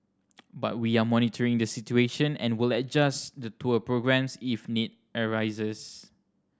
but we are monitoring the situation and will adjust the tour programmes if need arises